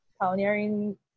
pioneering